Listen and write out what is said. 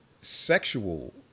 sexual